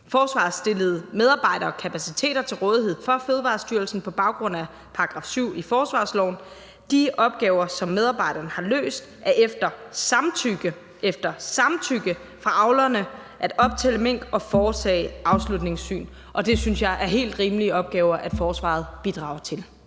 Forsvaret stillede medarbejdere og kapaciteter til rådighed for Fødevarestyrelsen på baggrund af § 7 i forsvarsloven. De opgaver, som medarbejderne har løst, er efter samtykke – efter samtykke – fra avlerne at optælle mink og foretage afsluttende syn. Det synes jeg er helt rimelige opgaver at forsvaret bidrager til.